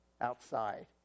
outside